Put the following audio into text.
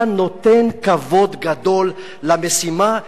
אתה נותן כבוד גדול למשימה,